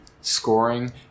scoring